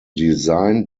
design